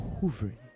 hovering